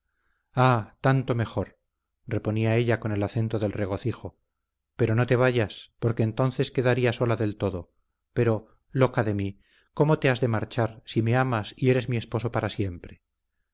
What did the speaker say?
ah tanto mejor reponía ella con el acento del regocijo pero no te vayas porque entonces quedaría sola del todo pero loca de mí cómo te has de marchar si me amas y eres mi esposo para siempre